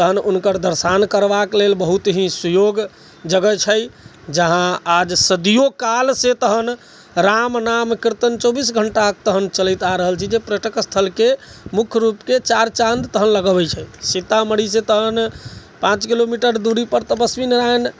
तहन उनकर दर्शन करबाक लेल बहुत ही सुयोग्य जगह छै जहाँ आज सदियो काल से तहन राम नाम कीर्तन चौबीस घण्टा तहन चलैत आ रहल छै जे पर्यटक स्थलके मुख्य रूपके चारि चाँद तहन लगबैत छै सीतामढ़ी से तहन पाँच किलोमीटर दुरी पर तपस्वी नारायण